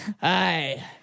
Hi